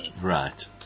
Right